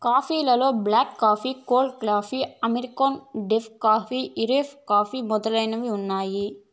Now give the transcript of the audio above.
coffee లలో black coffee, cold coffee, Americano, decaf, Irish coffee మొదలైనవి ఉన్నాయి